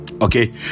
okay